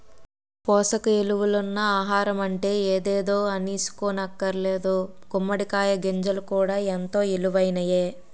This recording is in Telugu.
పోసక ఇలువలున్న ఆహారమంటే ఎదేదో అనీసుకోక్కర్లేదు గుమ్మడి కాయ గింజలు కూడా ఎంతో ఇలువైనయే